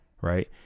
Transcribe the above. Right